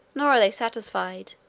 nor are they satisfied,